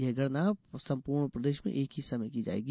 यह गणना सम्पूर्ण प्रदेश में एक ही समय की जायेगी